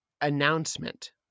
announcement